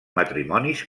matrimonis